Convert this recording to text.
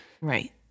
Right